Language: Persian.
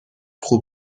خوب